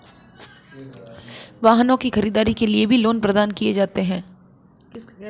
वाहनों की खरीददारी के लिये भी लोन प्रदान किये जाते हैं